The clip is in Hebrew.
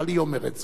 אבל היא אומרת זאת.